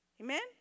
Amen